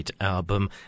album